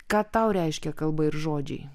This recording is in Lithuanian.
ką tau reiškia kalba ir žodžiai